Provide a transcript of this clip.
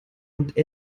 und